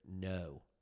No